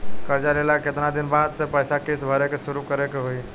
कर्जा लेला के केतना दिन बाद से पैसा किश्त भरे के शुरू करे के होई?